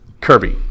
Kirby